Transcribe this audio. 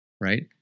Right